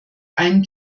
ein